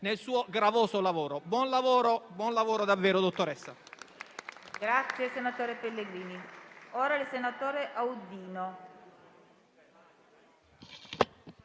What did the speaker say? nel suo gravoso lavoro. Buon lavoro davvero, dottoressa.